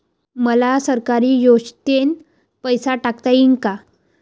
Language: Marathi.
मले सरकारी योजतेन पैसा टाकता येईन काय?